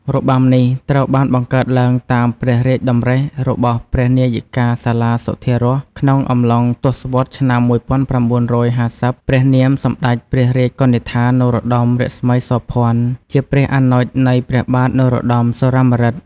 របាំនេះត្រូវបានបង្កើតឡើងតាមព្រះរាជតម្រិះរបស់ព្រះនាយិកាសាលាសុធារស ក្នុងអំឡុងទសវត្សរ៍ឆ្នាំ១៩៥០ ព្រះនាម «សម្តេចព្រះរាជកនិដ្ឋា នរោត្តម រស្មីសោភ័ណ្ឌ» ជាព្រះអនុជនៃព្រះបាទនរោត្តម សុរាម្រឹត។